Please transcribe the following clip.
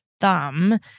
thumb